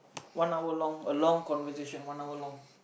one hour long a long conversation one hour long